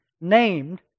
named